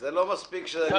זה לא מספיק שאני